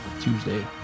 Tuesday